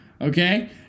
Okay